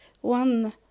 one